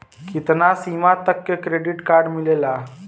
कितना सीमा तक के क्रेडिट कार्ड मिलेला?